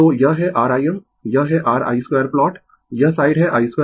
तो यह है r Im यह है r i2 प्लॉट यह साइड है i2